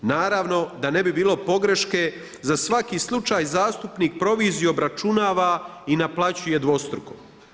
Naravno, da ne bi bilo pogreške, za svaki slučaj zastupnik proviziju obračunava i naplaćuje dvostruko.